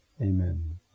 Amen